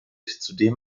zudem